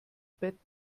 bett